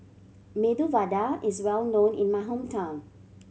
Medu Vada is well known in my hometown